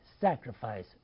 sacrifice